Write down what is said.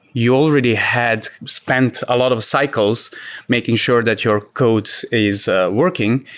you already had spent a lot of cycles making sure that your codes is working.